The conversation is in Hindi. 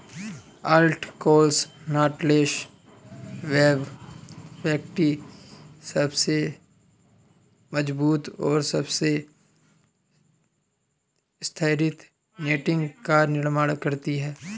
ultra cross knotless web factory सबसे मजबूत और सबसे स्थिर नेटिंग का निर्माण करती है